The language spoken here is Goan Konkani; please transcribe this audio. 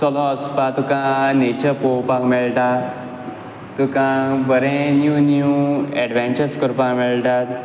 चलून ओसपा तुका नेचर पोवपाक मेळटा तुका बरें न्यू न्यू अॅडवेंचर्स करपाक मेळटात